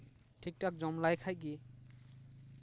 ᱴᱷᱤᱠ ᱴᱷᱟᱠ ᱡᱚᱢ ᱞᱮᱠᱷᱟᱱ ᱜᱮ